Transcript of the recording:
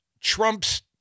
Trump's